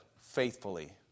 Faithfully